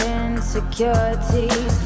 insecurities